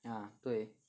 ya 对